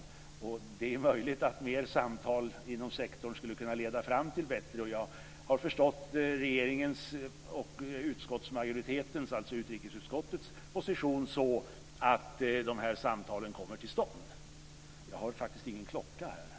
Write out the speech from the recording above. Det är möjligt att mer samtal inom sektorn skulle kunna leda fram till något bättre. Jag har förstått regeringens och utrikesutskottsmajoritetens position så att de här samtalen kommer till stånd.